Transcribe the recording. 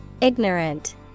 ignorant